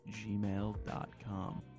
gmail.com